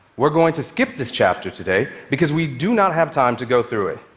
we're going to skip this chapter today because we do not have time to go through it.